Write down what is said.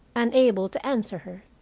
unable to answer her.